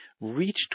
reached